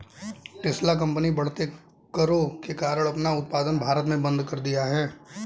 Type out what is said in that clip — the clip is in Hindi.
टेस्ला कंपनी बढ़ते करों के कारण अपना उत्पादन भारत में बंद कर दिया हैं